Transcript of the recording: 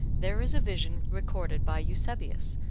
there is a vision recorded by eusebius,